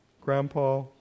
grandpa